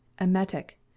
emetic